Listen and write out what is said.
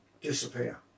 disappear